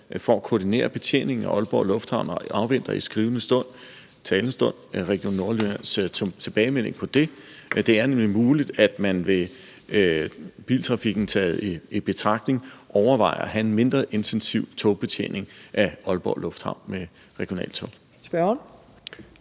for at koordinere betjeningen af Aalborg Lufthavn og afventer i talende stund Region Nordjyllands tilbagemelding på det. Det er nemlig muligt, at man vil – biltrafikken taget i betragtning – overveje at have en mindre intensiv togbetjening af Aalborg Lufthavn med regionaltog. Kl.